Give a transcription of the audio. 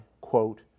quote